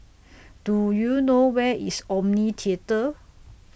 Do YOU know Where IS Omni Theatre